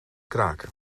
kraken